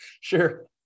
Sure